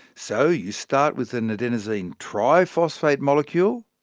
so you start with an adenosine triphosphate molecule,